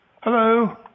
Hello